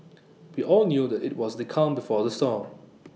we all knew that IT was the calm before the storm